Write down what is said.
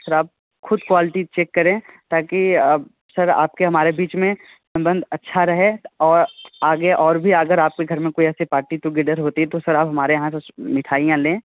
sir आप खुद quality check करें ताकि सर आपके हमारे बीच में संबंध अच्छा रहे और आगे और भी अगर आपके घर में कोई ऐसी पार्टी टुगेदर होती है तो सर आप हमारे यहाँ से मिठाईयां लें